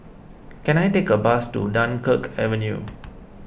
can I take a bus to Dunkirk Avenue